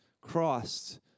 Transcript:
Christ